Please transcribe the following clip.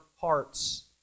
hearts